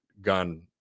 gun